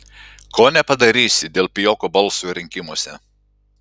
ko nepadarysi dėl pijoko balso rinkimuose